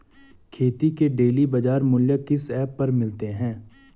खेती के डेली बाज़ार मूल्य किस ऐप पर मिलते हैं?